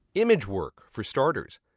image work, for starters.